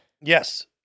Yes